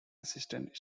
assistant